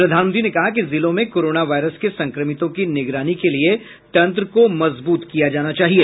प्रधानमंत्री ने कहा कि जिलों में कोरोना वायरस के संक्रमितों की निगरानी के लिये तंत्र को मजबूत किया जाना चाहिए